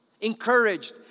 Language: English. encouraged